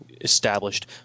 Established